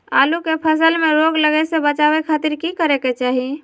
आलू के फसल में रोग लगे से बचावे खातिर की करे के चाही?